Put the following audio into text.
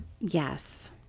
Yes